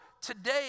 today